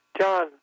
John